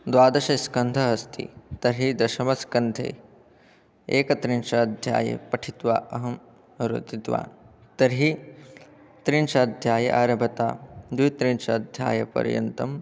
द्वादशस्कन्धाः अस्ति तर्हि दशमस्कन्धे एकत्रिंशाध्याये पठित्वा अहं रुदितवान् तर्हि त्रिंशाध्याय आरभता द्वित्रिंशाध्यायपर्यन्तं